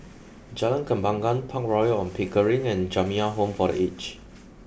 Jalan Kembangan Park Royal on Pickering and Jamiyah Home for the aged